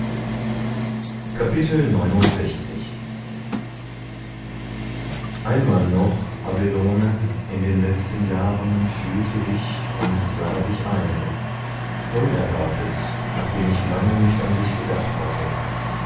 einmal noch abelone in den letzten jahren fühlte ich und sah dich ein unerwartet nachdem ich lange nicht an dich gedacht hatte